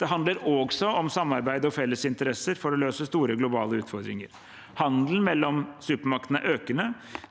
Det handler også om samarbeid og felles interesser for å løse store globale utfordringer. Handelen mellom supermaktene er økende,